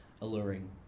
Alluring